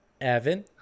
Evan